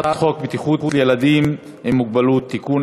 על הצעת חוק הסעה בטיחותית לילדים עם מוגבלות (תיקון,